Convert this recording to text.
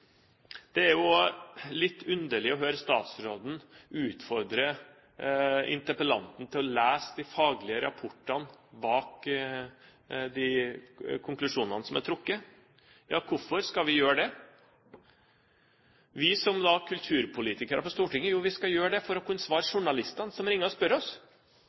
faglige rapportene bak de konklusjonene som er trukket. Hvorfor skal vi gjøre det, vi som er kulturpolitikere på Stortinget? Jo, vi skal gjøre det for å kunne svare journalistene som ringer og spør oss